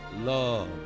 love